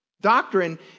Doctrine